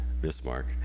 Bismarck